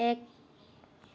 এক